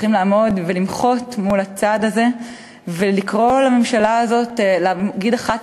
צריכים לעמוד ולמחות על הצעד הזה ולקרוא לממשלה הזאת להגיד אחת